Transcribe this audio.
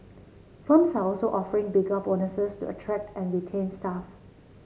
firms are also offering bigger bonuses to attract and retain staff